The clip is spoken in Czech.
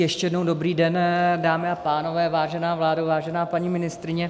Ještě jednou dobrý den, dámy a pánové, vážená vládo, vážená paní ministryně.